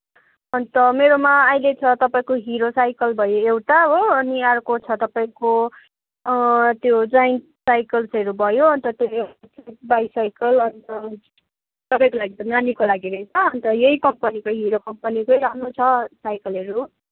अनि त मेरोमा अहिले छ तपाईँको हिरो साइकल भयो एउटा हो अनि अर्को छ तपाईँको त्यो जइन्ट साइकल्सहरू भयो अनि त त्यो बाइसाइकल अनि त तपाईँको लागि त नानीको लागि रहेछ अनि त यही कम्पनीको हिरो कम्पनीकै राम्रो छ साइकलहरू